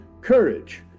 courage